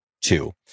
two